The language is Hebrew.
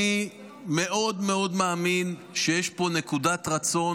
אני מאוד מאוד מאמין שיש פה נקודת רצון